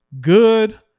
good